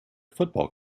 football